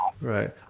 Right